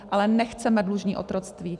Ale nechceme dlužní otroctví.